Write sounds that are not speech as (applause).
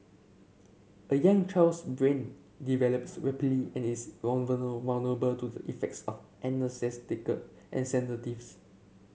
a young child's brain develops rapidly and is (unintelligible) to the effects of (unintelligible) and sedatives